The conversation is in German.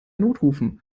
notrufen